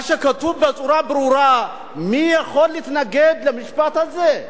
מה שכתוב בצורה ברורה, מי יכול להתנגד למשפט הזה?